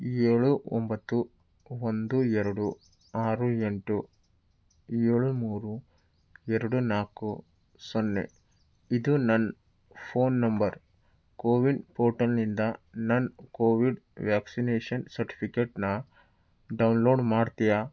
ಏಳು ಒಂಬತ್ತು ಒಂದು ಎರಡು ಆರು ಎಂಟು ಏಳು ಮೂರು ಎರಡು ನಾಲ್ಕು ಸೊನ್ನೆ ಇದು ನನ್ನ ಫೋನ್ ನಂಬರ್ ಕೋವಿನ್ ಪೋರ್ಟಲ್ನಿಂದ ನನ್ನ ಕೋವಿಡ್ ವ್ಯಾಕ್ಸಿನೇಷನ್ ಸರ್ಟಿಫಿಕೇಟ್ನ ಡೌನ್ ಲೋಡ್ ಮಾಡ್ತೀಯಾ